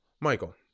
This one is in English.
Michael